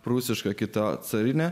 prūsišką kita carinę